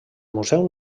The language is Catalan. museu